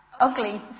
ugly